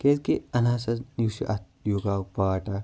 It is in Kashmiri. کیازکہِ اَناسَن یُس چھُ اَتھ یوگاہُک پاٹ اَکھ